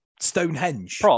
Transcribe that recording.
Stonehenge